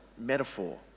metaphor